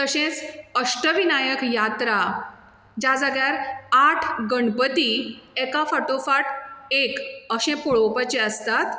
तशेंच अष्टविनायक यात्रा ज्या जाग्यार आठ गणपती एका फाटोफाट एक अशे पळोवपाचे आसतात